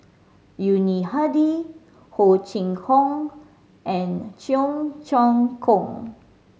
Yuni Hadi Ho Chee Kong and Cheong Choong Kong